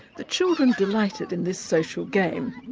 the children delighted in this social game.